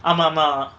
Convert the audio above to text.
ஆமா மா:amaa ma